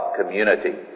community